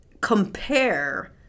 compare